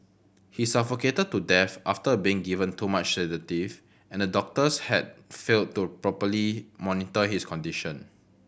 he suffocated to death after being given too much sedative and the doctors had failed to properly monitor his condition